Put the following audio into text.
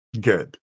Good